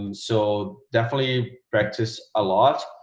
um so definitely practice a lot.